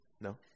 No